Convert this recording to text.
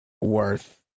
worth